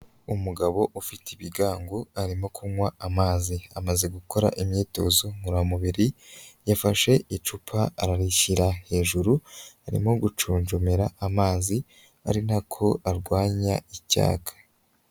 Umugabo ufite ibigango arimo kunywa amazi amaze gukora imyitozo ngoramubiri, yafashe icupa ararishyira hejuru arimo gucuncumira amazi ari nako arwanya icyaka.